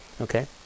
okay